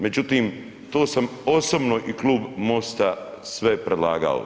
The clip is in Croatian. Međutim, to sam osobno i Klub MOST-a sve predlagao.